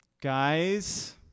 guys